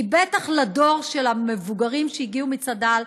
בטח לדור של המבוגרים שהגיעו מצד"ל,